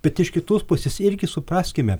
bet iš kitos pusės irgi supraskime